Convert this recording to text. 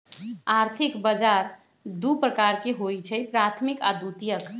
आर्थिक बजार दू प्रकार के होइ छइ प्राथमिक आऽ द्वितीयक